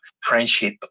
friendship